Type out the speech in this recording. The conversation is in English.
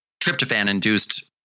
tryptophan-induced